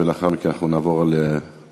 ולאחר מכן אנחנו נעבור להצבעה.